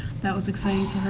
that was exciting